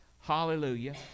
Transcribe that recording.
hallelujah